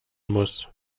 muss